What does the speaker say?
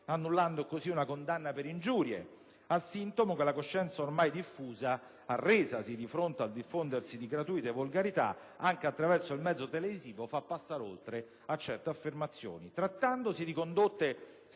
annullando così una condanna per ingiurie, a sintomo che «la coscienza oramai diffusa, arresasi dinanzi al diffondersi di gratuite volgarità anche attraverso il mezzo televisivo» fa passare oltre certe affermazioni. Trattandosi di condotte strettamente